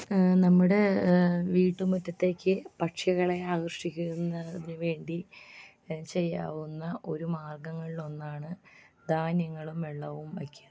നമ്മുടെ വീട്ടുമുറ്റത്തേക്ക് പക്ഷികളെ ആകർഷിക്കുന്നതിന് വേണ്ടി ചെയ്യാവുന്ന ഒരു മാർഗ്ഗങ്ങളിൽ ഒന്നാണ് ധാന്യങ്ങളും വെള്ളവും വയ്ക്കുക